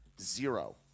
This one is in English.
Zero